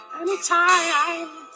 anytime